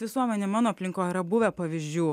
visuomenė mano aplinkoj yra buvę pavyzdžių